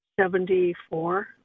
seventy-four